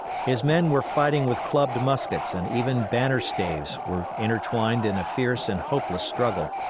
his men were fighting with clubbed muskets, and even banner staves were intertwined in a fierce and hopeless struggle.